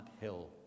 hill